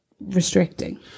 restricting